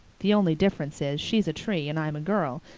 the only difference is, she's a tree and i'm a girl,